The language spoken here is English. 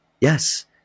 Yes